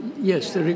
yes